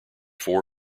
four